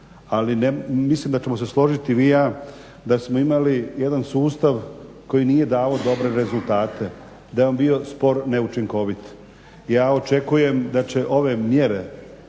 ali mislim da ćemo se složiti i vi i ja da smo imali jedan sustav koji nije davao dobre rezultate, da je on bio spor, neučinkovit. Ja očekujem da će ove mjere